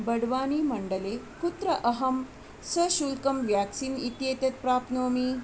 बड्वानी मण्डले कुत्र अहं सशुल्कं व्याक्सीन् इत्येतत् प्राप्नोमि